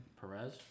Perez